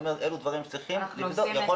אלה דברים שצריכים להיות.